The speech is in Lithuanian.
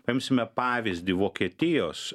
paimsime pavyzdį vokietijos